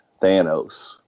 Thanos